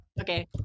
Okay